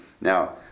now